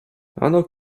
ano